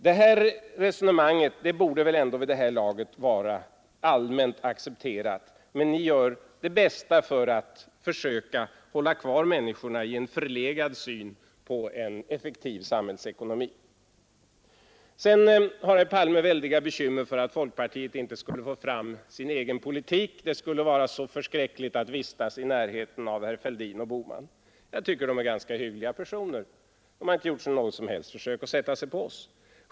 Det här resonemanget borde väl ändå vid det här laget vara allmänt accepterat, men ni gör det bästa för att försöka hålla kvar människorna i en förlegad syn på en effektiv samhällsekonomi. Sedan har herr Palme väldiga bekymmer för att folkpartiet inte skulle få fram sin egen politik. Det skulle vara så förskräckligt att vistas i närheten av herrar Fälldin och Bohman! Jag tycker de är ganska hyggliga personer. De har inte gjort något som helst försök att sätta sig på oss.